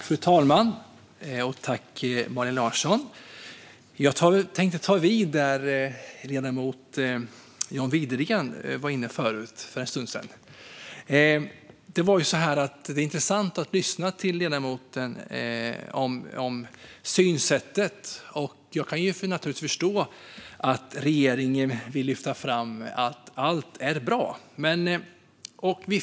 Fru talman! Tack, Malin Larsson, för anförandet! Jag tänker ta vid efter det som ledamoten John Widegren var inne på för en stund sedan. Det är intressant att lyssna till ledamoten Malin Larssons synsätt. Jag kan naturligtvis förstå att regeringen vill lyfta fram att allt är bra.